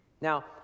Now